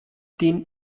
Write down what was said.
den